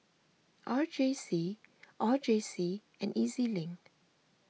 R J C R J C and E Z Link